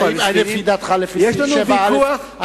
יש לנו ויכוח,